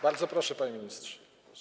Bardzo proszę, panie ministrze.